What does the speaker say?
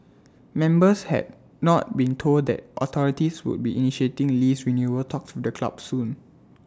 members had not been told that authorities would be initiating lease renewal talks with the club soon